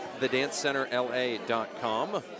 thedancecenterla.com